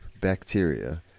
bacteria